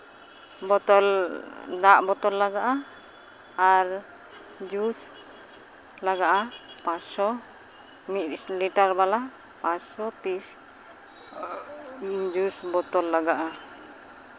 ᱵᱳᱛᱚᱞ ᱫᱟᱜ ᱵᱳᱛᱚᱞ ᱞᱟᱜᱟᱜᱼᱟ ᱟᱨ ᱡᱩᱥ ᱞᱟᱜᱟᱜᱼᱟ ᱯᱟᱥᱥᱚ ᱢᱤᱫ ᱞᱤᱴᱟᱨ ᱵᱟᱞᱟ ᱯᱟᱥᱥᱚ ᱯᱤᱥ ᱡᱩᱥ ᱵᱳᱛᱚᱞ ᱞᱟᱜᱟᱜᱼᱟ